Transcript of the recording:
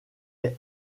est